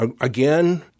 Again